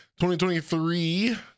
2023